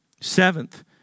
Seventh